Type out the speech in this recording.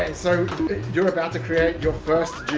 and so you're about to create your first